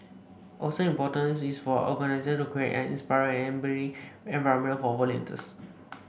also important is for organisation to create an inspiring and enabling environment for volunteers